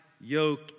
yoke